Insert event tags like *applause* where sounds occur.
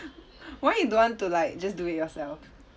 *laughs* why you don't want to like just do it yourself